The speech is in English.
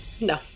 no